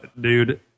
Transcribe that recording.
dude